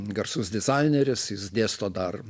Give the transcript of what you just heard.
garsus dizaineris jis dėsto dar